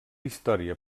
història